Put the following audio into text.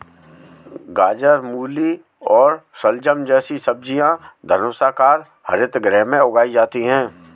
गाजर, मूली और शलजम जैसी सब्जियां धनुषाकार हरित गृह में उगाई जाती हैं